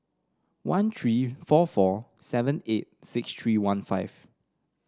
one three four four seven eight six three one five